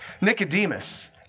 Nicodemus